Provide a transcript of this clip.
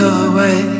away